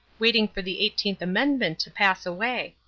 waiting for the eighteenth amendment to pass away.